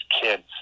kids